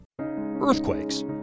Earthquakes